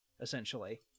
essentially